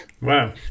wow